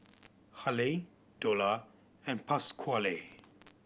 Haley Dola and Pasquale